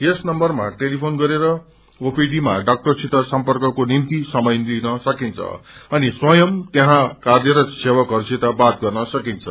यस नम्बरमा टेलिफ्रन गरेर ओपीडि मा डक्टरसित सम्पकको निम्ति समय लिन सकिन्छ अनि स्वयं त्यहाँ कार्यरत सेवकहरू सित बात गर्न सकिन्छ